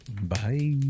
bye